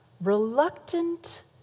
reluctant